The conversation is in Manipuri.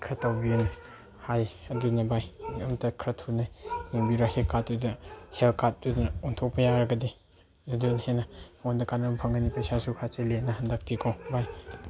ꯈꯔ ꯇꯧꯕꯤꯌꯨꯅ ꯍꯥꯏ ꯑꯗꯨꯅ ꯚꯥꯏ ꯅꯪ ꯑꯝꯇ ꯈꯔ ꯊꯨꯅ ꯌꯦꯡꯕꯤꯔꯣ ꯍꯦꯜ ꯀꯥꯔꯠꯇꯨꯗ ꯍꯦꯜꯊ ꯀꯥꯔꯠꯇꯨꯗ ꯑꯣꯟꯊꯣꯛꯄ ꯌꯥꯔꯒꯗꯤ ꯑꯗꯨ ꯍꯦꯟꯅ ꯑꯩꯉꯣꯟꯗ ꯀꯥꯟꯅꯕ ꯐꯪꯒꯅꯤ ꯄꯩꯁꯥꯁꯨ ꯈꯔ ꯆꯤꯜꯂꯤꯅ ꯍꯟꯗꯛꯇꯤ ꯀꯣ ꯚꯥꯏ